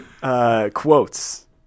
Quotes